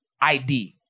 ID